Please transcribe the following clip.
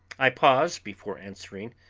i paused before answering,